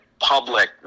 public